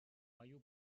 мою